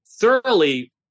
thoroughly